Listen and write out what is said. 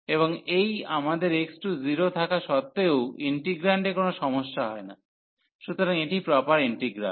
এবং এই আমাদের x → 0 থাকা সত্ত্বেও ইন্টিগ্রান্ডে কোনও সমস্যা হয় না সুতরাং এটি প্রপার ইন্টিগ্রাল